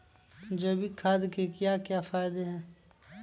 जैविक खाद के क्या क्या फायदे हैं?